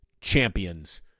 champions